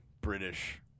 British